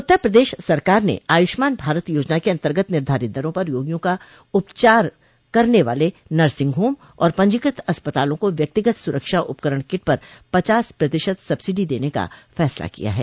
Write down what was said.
उत्तर प्रदेश सरकार ने आयुष्मान भारत योजना के अंतर्गत निर्धारित दरों पर रोगियों का उपचार करने वाले नर्सिंग होम और पंजीकृत अस्पतालों को व्यक्तिगत सुरक्षा उपकरण किट पर पचास प्रतिशत सब्सिडी देने का फैसला किया है